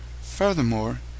furthermore